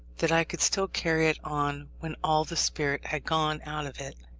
that i could still carry it on when all the spirit had gone out of it.